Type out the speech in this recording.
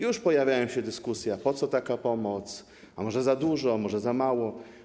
Już pojawiają się dyskusje: a po co taka pomoc, a może za dużo, a może za mało.